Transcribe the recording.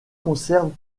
conserve